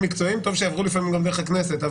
מקצועיים טוב שיעברו לפעמים גם דרך הכנסת.